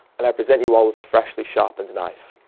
and i present you all with a freshly sharpened knife.